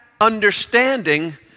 understanding